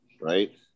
Right